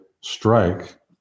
strike